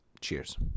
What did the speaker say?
Cheers